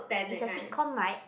is a Sitcom right